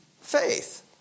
faith